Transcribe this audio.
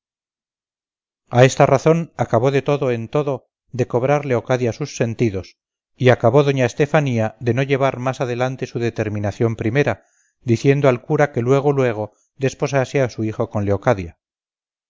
a esta razón acabó de todo en todo de cobrar leocadia sus sentidos y acabó doña estefanía de no llevar más adelante su determinación primera diciendo al cura que luego luego desposase a su hijo con